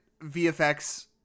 VFX